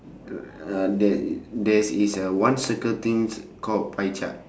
uh there i~ there is a one circle thing called pie chart